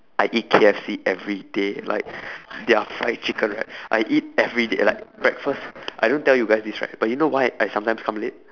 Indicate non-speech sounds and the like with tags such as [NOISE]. I eat K_F_C everyday like [BREATH] their fried chicken I eat everyday like breakfast [BREATH] I don't tell you guys this right but you know why I sometimes come late